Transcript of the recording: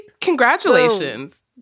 congratulations